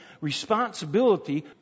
responsibility